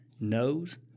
knows